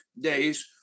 days